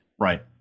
Right